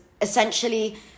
essentially